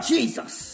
Jesus